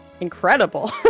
incredible